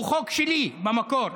הוא חוק שלי במקור.